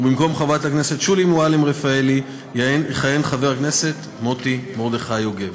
ובמקום חברת הכנסת שולי מועלם-רפאלי יכהן חבר הכנסת מוטי מרדכי יוגב.